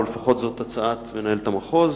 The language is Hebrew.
או לפחות זו הצעת מנהלת המחוז,